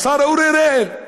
לשר אורי אריאל,